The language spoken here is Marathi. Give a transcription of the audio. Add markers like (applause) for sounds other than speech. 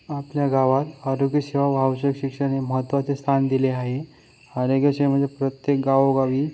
आपल्या गावात आरोग्य सेवा (unintelligible) शिक्षण हे महत्त्वाचे स्थान दिले आहे आरोग्य सेवेमध्ये प्रत्येक गावोगावी